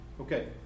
Okay